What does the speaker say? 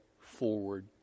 forward